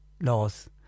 laws